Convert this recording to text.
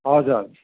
हजुर हजुर